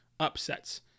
upsets